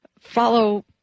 follow